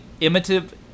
imitative